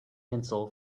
tinsel